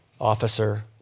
officer